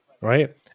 right